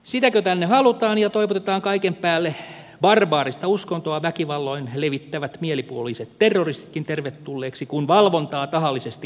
sitäkö tänne halutaan ja toivotetaan kaiken päälle barbaarista uskontoa väkivalloin levittävät mielipuoliset terroristitkin tervetulleiksi kun valvontaa tahallisesti hillitään